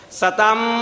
Satam